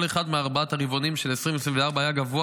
כל אחד מארבעת הרבעונים של 2024 היה גבוה